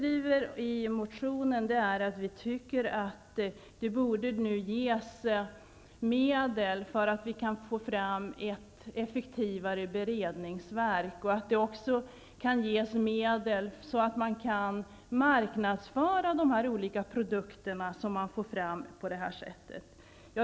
I motionen skriver vi att vi tycker att det nu borde ges medel för att få fram ett effektivare beredningsverk och att det också borde ges medel så att dessa människor kan marknadsföra de olika produkter som de får fram på detta sätt.